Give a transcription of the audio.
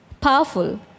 powerful